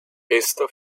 esta